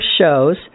shows